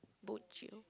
bo jio